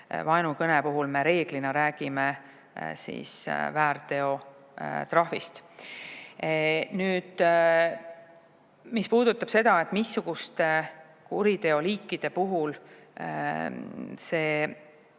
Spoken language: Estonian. Vaenukõne puhul me reeglina räägime väärteotrahvist. Nüüd, mis puudutab seda, missuguste kuriteoliikide puhul vangi